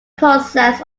process